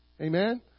Amen